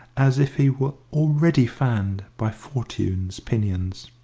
as if he were already fanned by fortune's pinions.